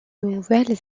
nouvelle